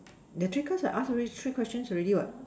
the three cards I ask already three questions already what